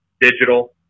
digital